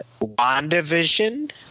WandaVision